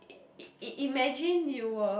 i~ i~ i~ imagine you were